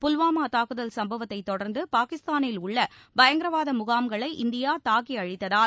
புல்வாமா தாக்குதல் சம்பவத்தை தொடர்ந்து பாகிஸ்தானில் உள்ள பயங்கரவாத முகாம்களை இந்தியா தாக்கி அழித்ததால்